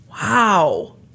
Wow